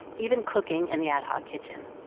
even cooking in the ad-hoc kitchen.